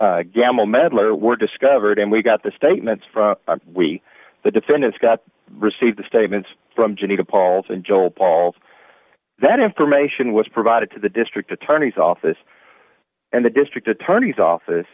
gamma medlar were discovered and we got the statements from we the defendants got receive the statements from geneva paulson joel paul's that information was provided to the district attorney's office and the district attorney's office